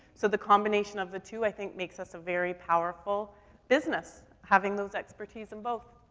so the combination of the two, i think, makes us a very powerful business, having those expertise in both.